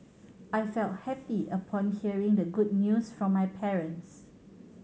I felt happy upon hearing the good news from my parents